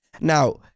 Now